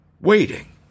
waiting